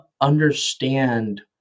understand